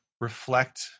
reflect